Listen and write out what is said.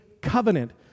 covenant